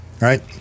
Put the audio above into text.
right